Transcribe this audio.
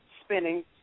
spinning